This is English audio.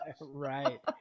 right